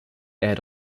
aired